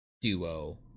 duo